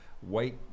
white